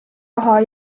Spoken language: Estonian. raha